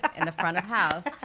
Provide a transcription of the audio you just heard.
and the front of house,